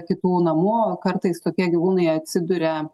kitų namų kartais tokie gyvūnai atsiduria